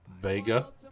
Vega